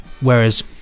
whereas